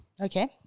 Okay